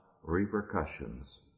repercussions